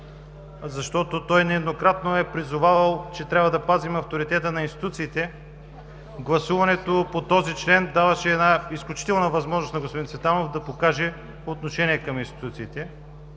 защото той нееднократно е призовавал, че трябва да пазим авторитета на институциите. Гласуването по този член даваше една изключителна възможност на господин Цветанов да покаже отношение към институциите,